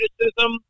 criticism